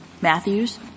Matthews